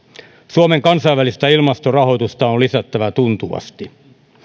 suomen kansainvälistä ilmastorahoitusta on lisättävä tuntuvasti